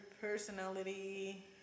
personality